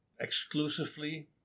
exclusively